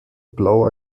blau